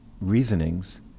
reasonings